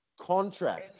contract